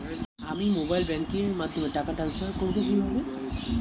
আমি mobile banking এর মাধ্যমে টাকা টান্সফার করব কিভাবে?